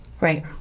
right